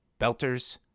Belters